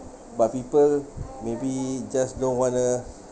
but people maybe just don't want to